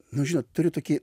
nu žinot turiu tokį